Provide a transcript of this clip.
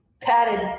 padded